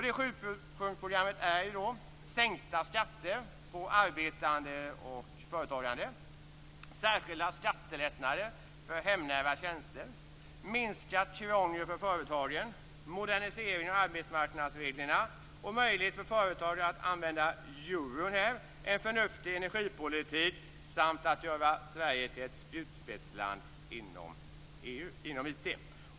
Det sjupunktsprogrammet innehåller sänkta skatter på arbetande och företagande, särskilda skattelättnader för hemnära tjänster, minskat krångel för företagen, modernisering av arbetsmarknadsreglerna, möjlighet för företagen att använda euro här och en förnuftig energipolitik. Vi vill också göra Sverige till ett spjutspetsland inom IT.